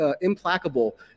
implacable